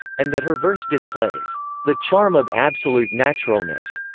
and that her verse displays the charm of absolute naturalness.